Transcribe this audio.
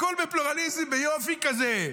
הכול בפלורליזם, ביופי כזה,